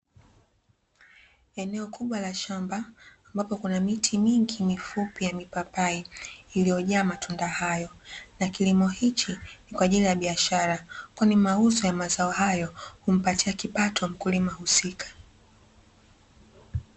Eneo kubwa la shamba, ambapo kuna miti mingi mifupi ya mipapai, ilyojaa matunda hayo, na kilimo hichi ni kwa ajili ya biashara, kwani mauzo ya mazao hao, humpatia kipato mkulima husika.